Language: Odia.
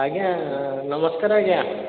ଆଜ୍ଞା ନମସ୍କାର ଆଜ୍ଞା